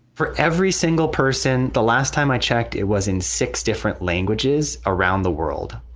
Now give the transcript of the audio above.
for every single person. the last time i checked, it was in six different languages around the world.